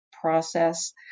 process